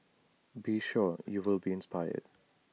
be sure you'll be inspired